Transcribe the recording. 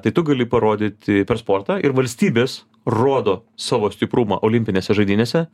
tai tu gali parodyti per sportą ir valstybės rodo savo stiprumą olimpinėse žaidynėse